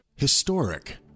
Historic